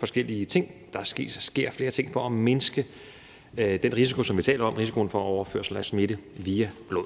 der sker flere ting – for at mindske den risiko, som vi har talt om, nemlig risikoen for overførsel af smitte via blod,